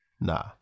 Nah